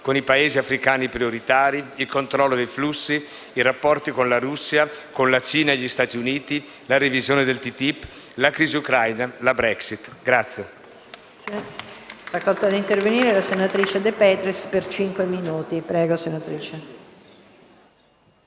con i Paesi africani prioritari, il controllo dei flussi, i rapporti con la Russia, con la Cina e gli Stati Uniti, la revisione del TTIP, la crisi ucraina e la Brexit.